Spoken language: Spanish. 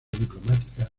diplomática